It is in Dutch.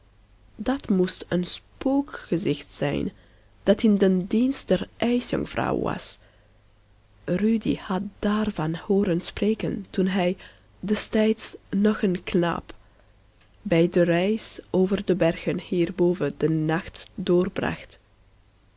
dat moest een spookgezicht zijn dat in den dienst der ijsjonkvrouw was rudy had daarvan hooren spreken toen hij destijds nog een knaap bij de reis over de bergen hier boven den nacht